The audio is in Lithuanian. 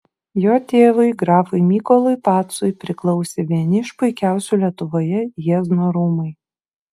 jo tėvui grafui mykolui pacui priklausė vieni iš puikiausių lietuvoje jiezno rūmai